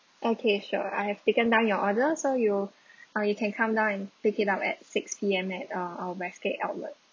okay sure I have taken down your order so you uh you can come down and pick it up at six P_M at uh our westgate outlet